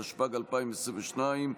התשפ"ג 2022,